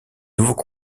nouveaux